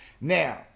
Now